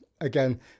again